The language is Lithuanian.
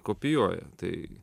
kopijuoja tai